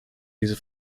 diese